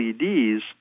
LEDs